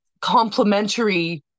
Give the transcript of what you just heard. complementary